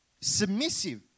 Submissive